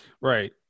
right